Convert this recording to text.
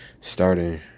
starting